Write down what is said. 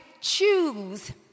choose